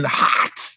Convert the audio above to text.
hot